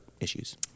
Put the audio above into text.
issues